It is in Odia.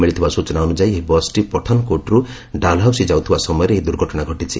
ମିଳିଥିବା ସ୍କୁଚନା ଅନୁଯାୟୀ ଏହି ବସ୍ଟି ପଠାନ୍କୋଟ୍ରୁ ଡାଲହାଉସି ଯାଉଥିବା ସମୟରେ ଏହି ଦୁର୍ଘଟଣା ଘଟିଛି